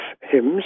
hymns